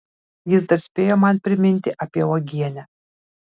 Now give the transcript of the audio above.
jis dar spėjo man priminti apie uogienę